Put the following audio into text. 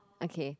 okay